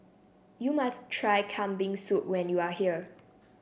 you must try Kambing Soup when you are here